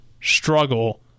struggle